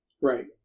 Right